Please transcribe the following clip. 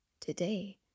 Today